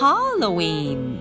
Halloween